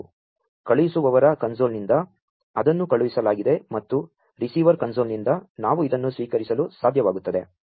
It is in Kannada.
ಕಳು ಹಿಸು ವವರ ಕನ್ಸೋ ಲ್ನಿಂ ದ ಅದನ್ನು ಕಳು ಹಿಸಲಾ ಗಿದೆ ಮತ್ತು ರಿಸೀ ವರ್ ಕನ್ಸೋ ಲ್ನಿಂ ದ ನಾ ವು ಇದನ್ನು ಸ್ವೀ ಕರಿಸಲು ಸಾ ಧ್ಯ ವಾ ಗು ತ್ತದೆ